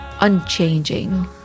unchanging